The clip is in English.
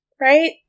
right